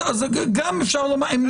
אז גם אפשר למה שהם נקנים.